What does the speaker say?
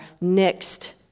next